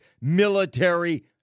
military